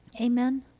Amen